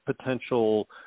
potential